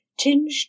tinged